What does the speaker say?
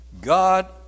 God